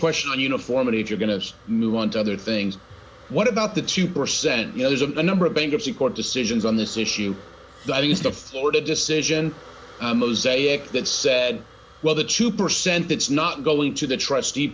question and uniformity if you're going to move on to other things what about the two percent you know there's a number of bankruptcy court decisions on this issue but i used the florida decision a mosaic that said well the two percent that's not going to the trustee